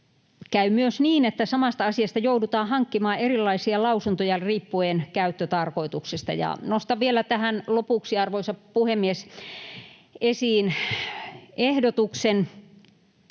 käy myös niin, että samasta asiasta joudutaan hankkimaan erilaisia lausuntoja riippuen käyttötarkoituksesta. Nostan vielä tähän lopuksi, arvoisa puhemies, esiin ehdotuksen: